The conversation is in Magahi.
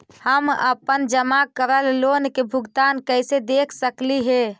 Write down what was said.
हम अपन जमा करल लोन के भुगतान कैसे देख सकली हे?